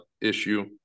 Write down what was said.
issue